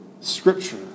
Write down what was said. Scripture